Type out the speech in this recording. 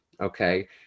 okay